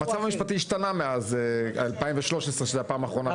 המצב המשפטי השתנה מאז 2013 שזו הפעם האחרונה.